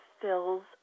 fills